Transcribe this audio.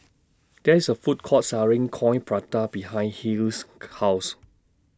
There IS A Food Court Selling Coin Prata behind Hill's House